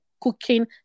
cooking